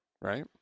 Right